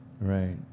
Right